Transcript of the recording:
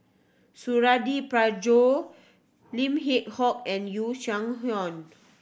Suradi Parjo Lim Yew Hock and Yu